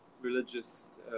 religious